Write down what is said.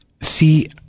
See